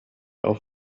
auf